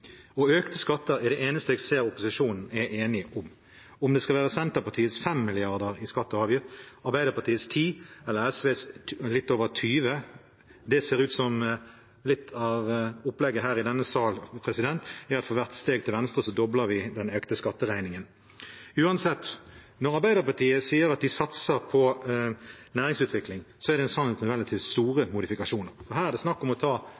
og økte skatter er det eneste jeg ser opposisjonen er enig om – enten det er Senterpartiets 5 mrd. kr i skatter og avgifter, Arbeiderpartiets 10 mrd. kr eller SVs litt over 20 mrd. kr. Det ser ut som om litt av opplegget i denne salen er at for hvert steg til venstre dobles den økte skatteregningen. Uansett: Når Arbeiderpartiet sier at de satser på næringsutvikling, er det en sannhet med relativt store modifikasjoner. Her er det ikke bare snakk om å ta